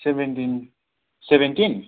seventeen seventeen